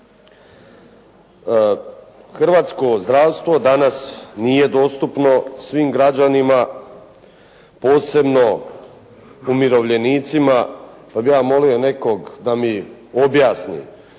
Hrvatsko zdravstvo danas nije dostupno svim građanima posebno umirovljenicima pa bih ja molio nekog da mi objasni